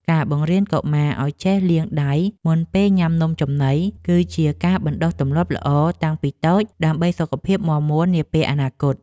ការបង្រៀនកុមារឱ្យចេះលាងដៃមុនពេលញ៉ាំនំចំណី គឺជាការបណ្តុះទម្លាប់ល្អតាំងពីតូចដើម្បីសុខភាពមាំមួននាពេលអនាគត។